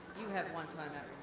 you have one timeout